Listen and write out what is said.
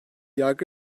yargı